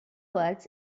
words